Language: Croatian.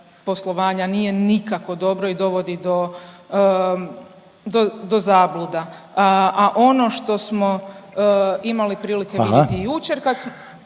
poslovanja nije nikako dobro i dovodi do, do, do zabluda. A ono što smo imali prilike vidjeti…/Upadica